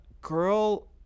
girl